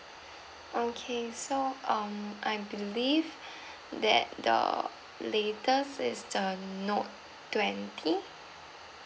okay so um I believe that the latest is the note twenty